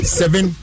seven